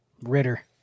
ritter